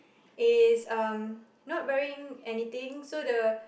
is um not wearing anything so the